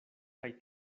kaj